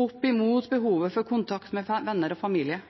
opp mot behovet for kontakt med venner og familie.